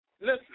Listen